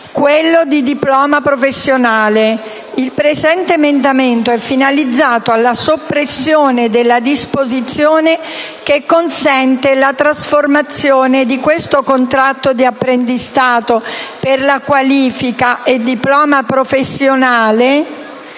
quello di diploma professionale. Il presente emendamento è finalizzato alla soppressione della disposizione che consente la trasformazione di questo contratto di apprendistato per la qualifica e diploma professionale